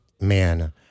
man